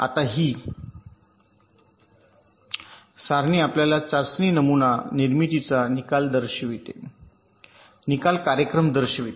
आता ही सारणी आपल्याला चाचणी नमुना निर्मितीचा निकाल कार्यक्रम दर्शविते